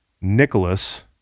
Nicholas